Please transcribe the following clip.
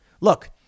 Look